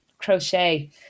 crochet